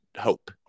hope